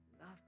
Love